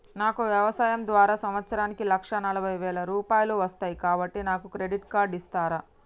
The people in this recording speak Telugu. నాకు వ్యవసాయం ద్వారా సంవత్సరానికి లక్ష నలభై వేల రూపాయలు వస్తయ్, కాబట్టి నాకు క్రెడిట్ కార్డ్ ఇస్తరా?